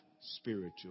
spiritual